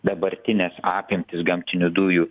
dabartines apimtis gamtinių dujų